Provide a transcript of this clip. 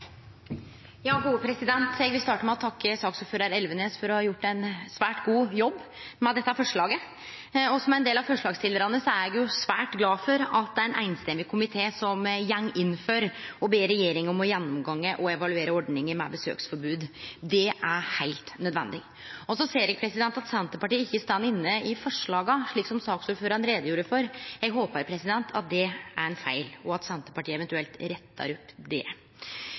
Eg vil starte med å takke saksordførar Elvenes for å ha gjort ein svært god jobb med dette forslaget, og som ein av forslagsstillarane er eg svært glad for at det er ein samrøystes komité som går inn for å be regjeringa gjennomgå og evaluere ordninga med besøksforbod. Det er heilt nødvendig. Eg ser at Senterpartiet ikkje er med på forslaga, slik som saksordføraren gjorde greie for. Eg håpar at det er ein feil, og at Senterpartiet eventuelt rettar opp det.